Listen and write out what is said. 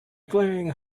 glaringly